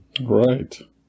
Right